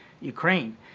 Ukraine